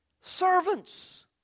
Servants